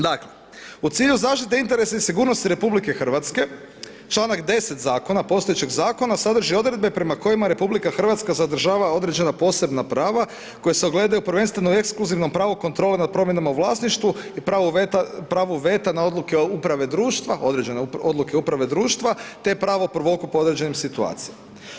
Dakle, u cilju zaštite interesa i sigurnosti RH članak 10. zakona, postojećeg zakona sadrži odredbe prema kojima RH zadržava određena posebna prava koja se ogledaju prvenstveno u ekskluzivnom pravu kontrole nad promjenama u vlasništvu i pravo, pravu veta na odluke uprave društva, određene odluke uprave društva te pravo prvokupa u određenim situacijama.